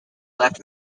left